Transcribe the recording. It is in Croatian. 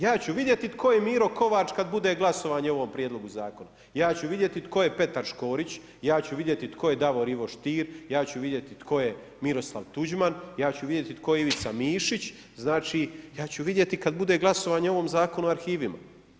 Ja ću vidjeti tko je Miro Kovač, kada bude glasovanje o ovom prijedlogu zakona, ja ću vidjeti tko je Petar Škorić, ja ću vidjeti tko je Davor Ivo Stier, ja ću vidjeti tko je Miroslav Tuđman, ja ću vidjeti tko je Ivica Mišić, ja ću vidjeti kada bude glasovanje o ovom Zakonu o arhivima.